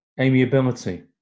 amiability